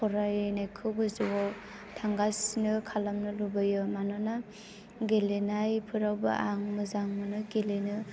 फरायनायखौ गोजौआव थांबाय थानाय खालामनो लुबैयो मानोना गेलेनायफोरावबो आं मोजां मोनो गेलेनो